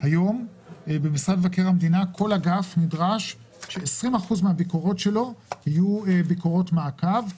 כל אגף נדרש ש-20% מהביקורות שלו יהיו ביקורות מעקב.